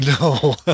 No